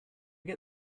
get